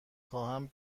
خواهم